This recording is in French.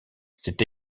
s’est